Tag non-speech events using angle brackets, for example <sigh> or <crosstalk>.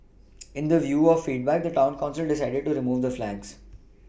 <noise> in the view of feedback the town council decided to remove the flags